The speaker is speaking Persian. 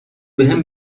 بهم